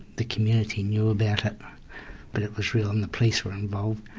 the community knew about it but it was real and the police were involved.